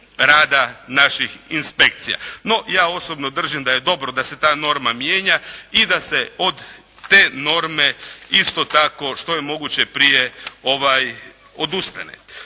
rada naših inspekcija. No, ja osobno držim da je dobro da se ta norma mijenja i da se od te norme isto tako što je moguće prije odustane.